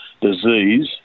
disease